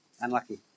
Unlucky